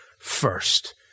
first